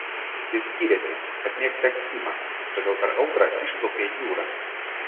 jis gyrėsi kad mėgsta ekstrymą todėl per audrą išplaukė į jūrą